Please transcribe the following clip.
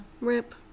Rip